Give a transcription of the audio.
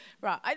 Right